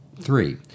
three